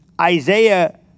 Isaiah